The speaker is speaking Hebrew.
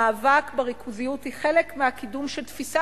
המאבק בריכוזיות הוא חלק מהקידום של תפיסה